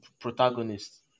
protagonist